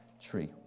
tree